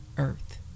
Earth